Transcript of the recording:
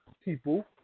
people